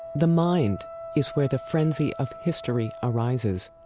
the mind is where the frenzy of history arises,